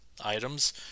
items